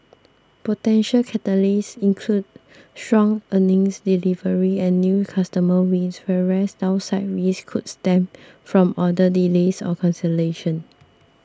potential catalysts include stronger earnings delivery and new customer wins whereas downside risks could stem from order delays or cancellations